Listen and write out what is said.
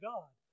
God